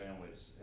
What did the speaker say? families